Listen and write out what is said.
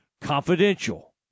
confidential